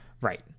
Right